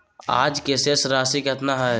आज के शेष राशि केतना हइ?